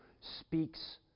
speaks